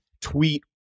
tweet